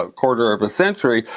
ah quarter of a century,